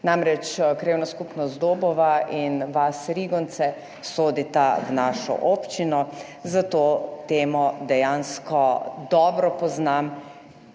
Namreč krajevna skupnost Dobova in vas Rigonce sodita v našo občino, zato temo dejansko dobro poznam,